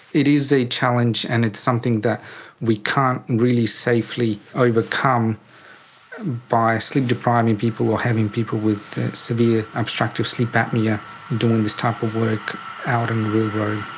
it is a challenge, and it's something that we can't really safely overcome by sleep-depriving people or having people with severe obstructive sleep apnoea doing this type of work out in the